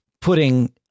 putting